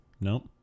Nope